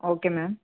okay ma'am